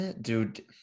Dude